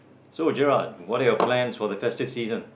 so Gerald what are your plans for the festive season